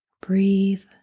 Breathe